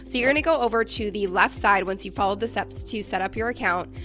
so you're gonna go over to the left side once you've followed the steps to set up your account,